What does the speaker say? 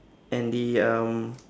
and the um